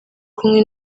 kunywa